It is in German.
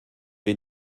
wir